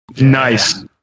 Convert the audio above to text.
Nice